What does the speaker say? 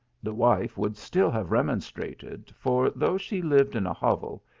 the wife would still have remonstrated, for, though she lived in a hovel,